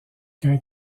qu’un